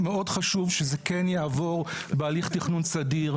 מאוד חשוב שזה כן יעבור בהליך תכנון סדיר,